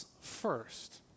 first